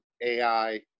AI